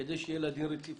כדי שתהיה לה דין רציפות